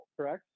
correct